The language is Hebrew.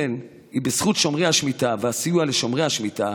מי ייתן ובזכות שומרי השמיטה והסיוע לשומרי השמיטה